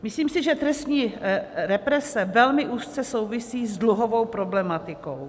Myslím si, že trestní represe velmi úzce souvisí s dluhovou problematikou.